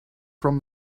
from